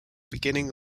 beginning